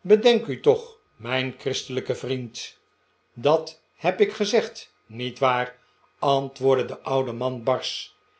bedenk u toch mijn christelijke vriend dat heb ik gezegd niet waar antwoordde de oude man barsch